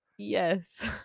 yes